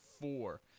four